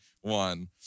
one